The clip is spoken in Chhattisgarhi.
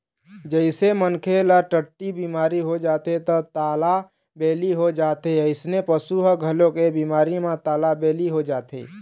जइसे मनखे ल टट्टी बिमारी हो जाथे त तालाबेली हो जाथे अइसने पशु ह घलोक ए बिमारी म तालाबेली हो जाथे